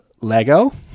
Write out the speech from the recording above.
Lego